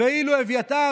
ואילו אביתר,